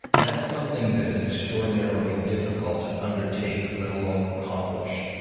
that's something that is extraordinarily difficult to undertake, let alone accomplish